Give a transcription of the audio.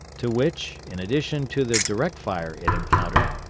to which, in addition to the direct fire it encountered,